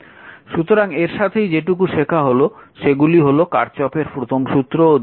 সুতরাং এর সাথেই যেটুকু শেখা হল সেগুলি হল কার্চফের প্রথম সূত্র ও দ্বিতীয় সূত্র